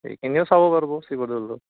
এইখিনিও চাব পাৰিব শিৱদৌলত